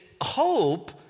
Hope